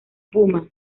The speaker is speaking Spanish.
puma